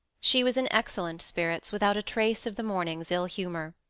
she was in excellent spirits, without a trace of the morning's ill-humour.